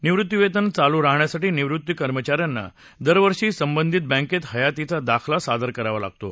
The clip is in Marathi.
निवृत्तीवेतन चालू राहण्यासाठी निवृत्त कर्मचाऱ्यांना दरवर्षी संबधित बँकेत हयातीचा दाखला सादर करावा लागतो